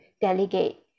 delegate